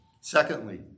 Secondly